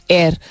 air